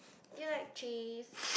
do you like cheese